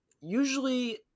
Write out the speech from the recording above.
Usually